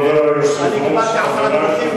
אני קיבלתי עשרה דיווחים,